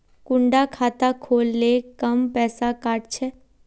कुंडा खाता खोल ले कम पैसा काट छे?